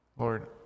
Lord